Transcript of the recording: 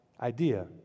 idea